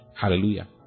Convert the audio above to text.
Hallelujah